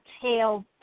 tail